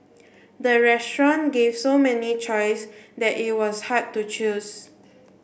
the restaurant gave so many choice that it was hard to choose